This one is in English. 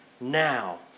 now